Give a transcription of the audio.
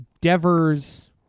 Devers